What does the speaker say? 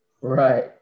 Right